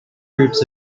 groups